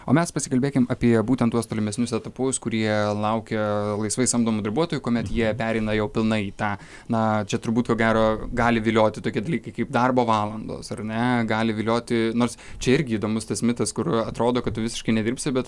o mes pasikalbėkim apie būtent tuos tolimesnius etapus kurie laukia laisvai samdomų darbuotojų kuomet jie pereina jau pilnai į tą na čia turbūt ko gero gali vilioti tokie dalykai kaip darbo valandos ar ne gali vilioti nors čia irgi įdomus tas mitas kur atrodo kad tu visiškai nedirbsi bet